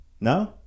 No